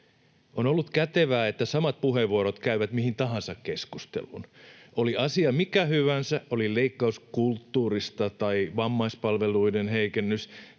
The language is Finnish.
On ollut kätevää, että samat puheenvuorot käyvät mihin tahansa keskusteluun. Oli asia mikä hyvänsä, oli leikkaus kulttuurista tai vammaispalveluiden heikennys